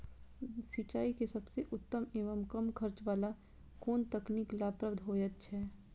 सिंचाई के सबसे उत्तम एवं कम खर्च वाला कोन तकनीक लाभप्रद होयत छै?